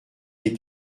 des